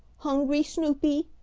hungry, snoopy?